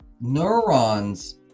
neurons